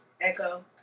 echo